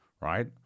right